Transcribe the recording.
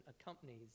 accompanies